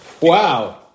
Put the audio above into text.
Wow